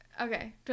Okay